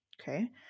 Okay